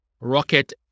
rocket